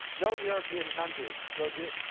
no european country will do it.